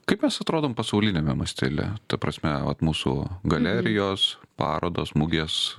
kaip mes atrodom pasauliniame mąstele ta prasme vat mūsų galerijos parodos mugės